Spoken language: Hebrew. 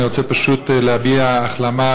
אני פשוט רוצה להביע איחולי החלמה,